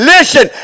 Listen